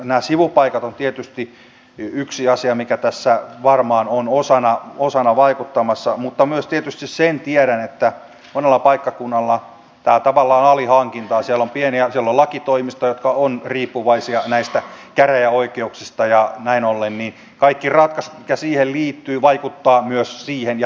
nämä sivupaikat ovat tietysti yksi asia mikä tässä varmaan on osana vaikuttamassa mutta myös tietysti sen tiedän että monella paikkakunnalla tämä on tavallaan alihankintaa siellä on pieniä lakitoimistoja jotka ovat riippuvaisia näistä käräjäoikeuksista ja näin ollen kaikki ratkaisut mitkä siihen liittyvät vaikuttavat myös siihen ja työllisyyteen